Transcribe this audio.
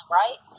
right